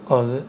oh is it